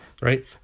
right